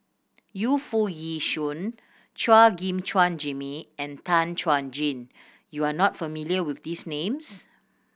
Yu Foo Yee Shoon Chua Gim Guan Jimmy and Tan Chuan Jin you are not familiar with these names